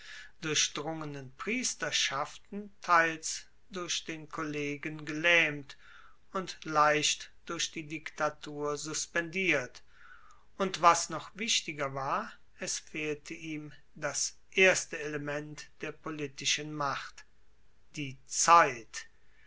durchdrungenen priesterschaften teils durch den kollegen gelaehmt und leicht durch die diktatur suspendiert und was noch wichtiger war es fehlte ihm das erste element der politischen macht die zeit